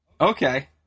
Okay